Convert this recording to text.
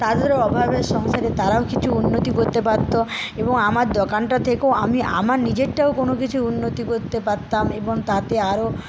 তাদেরও অভাবের সংসারে তারাও কিছু উন্নতি করতে পারত এবং আমার দোকানটা থেকেও আমি আমার নিজেরটাও কোনো কিছু উন্নতি করতে পারতাম এবং তাতে আরও